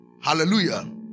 Hallelujah